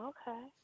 Okay